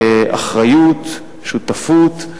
אחריות, שותפות,